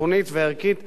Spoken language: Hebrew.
מצפונית וערכית,